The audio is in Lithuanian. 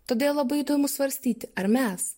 todėl labai įdomu svarstyti ar mes